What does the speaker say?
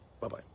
Bye-bye